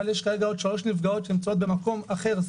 יש כרגע עוד שלוש נפגעות סגורות שנמצאות במקום אחר,